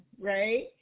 right